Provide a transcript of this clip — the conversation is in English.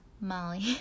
Molly